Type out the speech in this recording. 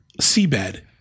Seabed